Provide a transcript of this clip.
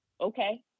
Okay